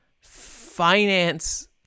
finance